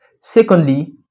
Secondly